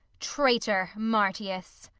traitor, marcius.